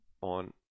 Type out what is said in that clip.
on